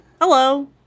Hello